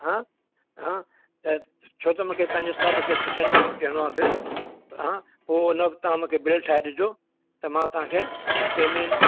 हां हा त छो त मूंखे पंहिंजे स्टाफ खे सुठनि में सुठो ॾियणो आहे बिल हां पोइ न तव्हां मूंखे बिल ठाहे ॾिजो त मां तव्हां खे पेमेंट